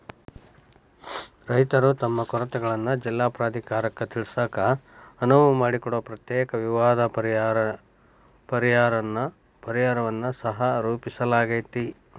ರೈತರು ತಮ್ಮ ಕೊರತೆಗಳನ್ನ ಜಿಲ್ಲಾ ಪ್ರಾಧಿಕಾರಕ್ಕ ತಿಳಿಸಾಕ ಅನುವು ಮಾಡಿಕೊಡೊ ಪ್ರತ್ಯೇಕ ವಿವಾದ ಪರಿಹಾರನ್ನ ಸಹರೂಪಿಸಲಾಗ್ಯಾತಿ